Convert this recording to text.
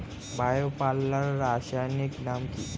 Bio পাল্লার রাসায়নিক নাম কি?